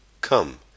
Come